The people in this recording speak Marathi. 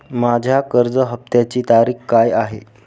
माझ्या कर्ज हफ्त्याची तारीख काय आहे?